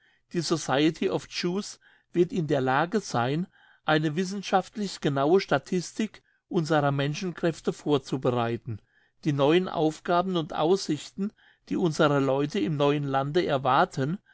die society of jews wird in der lage sein eine wissenschaftlich genaue statistik unserer menschenkräfte vorzubereiten die neuen aufgaben und aussichten die unsere leute im neuen lande erwarten